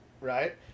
right